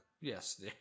Yes